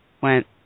went